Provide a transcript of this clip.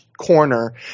corner